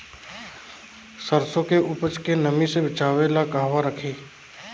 सरसों के उपज के नमी से बचावे ला कहवा रखी?